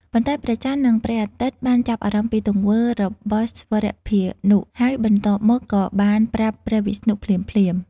ប៉ុន្តែ ព្រះចន្ទ និងព្រះអាទិត្យបានចាប់អារម្មណ៍ពីទង្វើរបស់ស្វរភានុ ហើយបន្ទាប់មកក៏បានប្រាប់ព្រះវិស្ណុភ្លាមៗ។